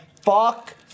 Fuck